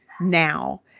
now